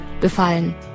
befallen